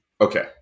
Okay